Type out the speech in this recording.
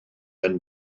ein